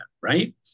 right